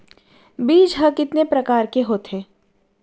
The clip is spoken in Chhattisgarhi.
बीज ह कितने प्रकार के होथे?